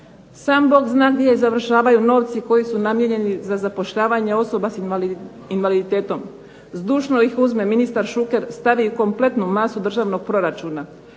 Sam Bog zna gdje završavaju novci koji su namijenjeni za zapošljavanje osoba sa invaliditetom. Zdušno ih uzme ministar Šuker, stavi kompletnu masu državnog proračuna.